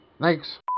Thanks